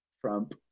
Trump